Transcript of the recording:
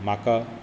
म्हाका